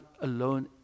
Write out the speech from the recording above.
alone